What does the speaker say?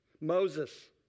Moses